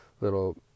little